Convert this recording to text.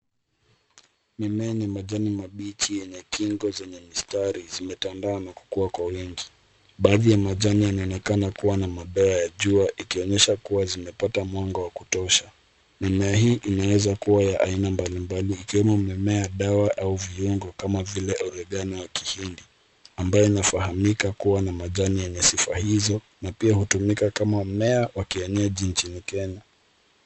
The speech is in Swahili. Mimea ni majani mabichi yenye kingo zenye mistari zimetanda na kukua kwa wingi. Baadhi ya majani yanaonekana kuwa na madoa ya jua ikionyesha kuwa zimepata mwanga wa kutosha. Mimea hii inaweza kuwa ya aina malimbali, yakiwemo mimea, dawa au viungo kama vile orengano wa kihindi, ambayo inafahamika kuwa na majani yenye sifa hizo na pia hutumika kama mmea wa kienyeji nchini Kenya.